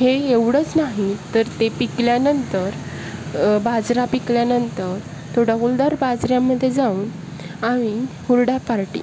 हे एवढंच नाही तर ते पिकल्यानंतर बाजरा पिकल्यानंतर तो डौलदार बाजऱ्यामध्ये जाऊन आम्ही हुरडा पार्टी